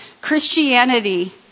Christianity